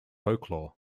folklore